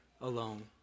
alone